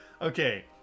Okay